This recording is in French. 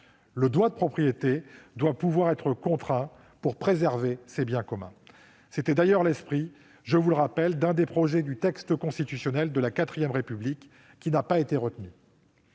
Le droit de propriété doit pouvoir être contraint pour préserver ces biens communs. C'était d'ailleurs l'esprit de l'un des projets de texte constitutionnel pour la IV République, projet qui n'a pas été retenu.